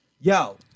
Yo